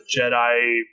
Jedi